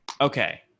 Okay